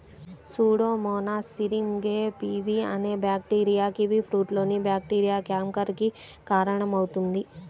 Pseudomonas syringae P V అనే bacteria కివీఫ్రూట్లోని bacteria canker కి కారణమవుతుంది